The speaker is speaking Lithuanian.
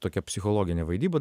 tokia psichologinė vaidyba